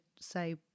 say